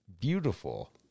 beautiful